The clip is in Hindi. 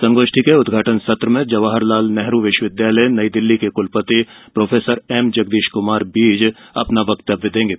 संगोष्ठी के उद्घाटन सत्र में जवाहरलाल नेहरू विश्वविद्यालय नई दिल्ली के कुलपति प्रो एम जगदीश कुमार बीज वक्तव्य देंगे